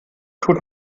tut